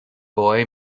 boy